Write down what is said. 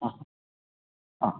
ആ ആ